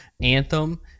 Anthem